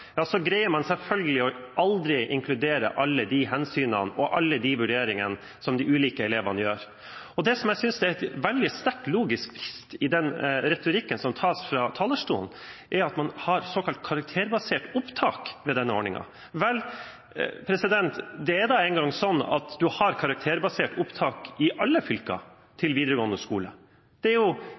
ja, så greier man selvfølgelig aldri å inkludere alle de hensynene og alle de vurderingene som de ulike elevene representerer. Det som jeg synes er en veldig sterk logisk brist, er den retorikken som utøves fra talerstolen om at man har såkalt karakterbasert opptak ved denne ordningen. Vel, det er nå engang sånn at man har karakterbasert opptak i alle fylker til videregående skoler. Det er